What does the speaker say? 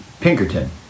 Pinkerton